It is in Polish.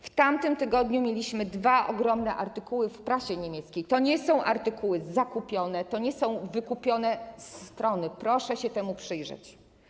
W tamtym tygodniu mieliśmy dwa ogromne artykuły w prasie niemieckiej, i to nie są artykuły zakupione, to nie są wykupione strony, proszę się temu przyjrzeć.